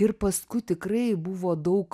ir paskui tikrai buvo daug